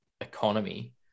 economy